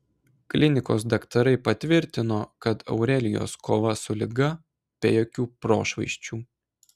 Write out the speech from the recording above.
klinikos daktarai patvirtino kad aurelijos kova su liga be jokių prošvaisčių